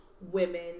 women